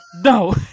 no